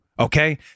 Okay